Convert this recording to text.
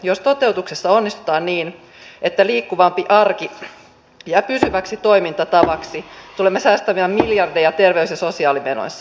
jos toteutuksessa onnistutaan niin että liikkuvampi arki jää pysyväsi toimintatavaksi tulemme säästämään miljardeja terveys ja sosiaalimenoissa